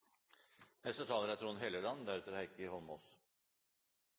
Neste taler er